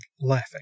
laughing